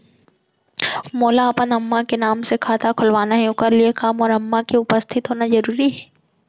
मोला अपन अम्मा के नाम से खाता खोलवाना हे ओखर लिए का मोर अम्मा के उपस्थित होना जरूरी हे?